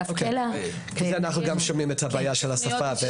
אנחנו שומעים על הבעיות של השפה.